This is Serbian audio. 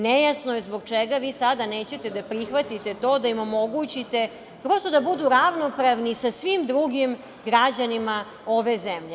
Nejasno je zbog čega vi sad nećete da prihvatite to da im omogućite prosto da budu ravnopravni sa svim drugim građanima ove zemlje.